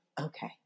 okay